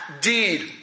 deed